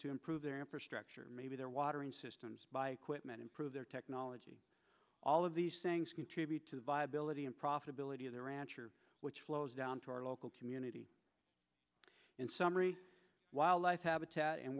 to improve their infrastructure maybe their water and systems quitman improve their technology all of these things contribute to the viability and profitability of their rancher which flows down to our local community in summary wildlife habitat and